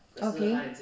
okay